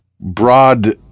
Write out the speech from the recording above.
broad